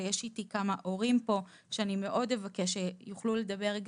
יש פה כמה הורים ואני מבקשת מאוד שגם הם ידברו,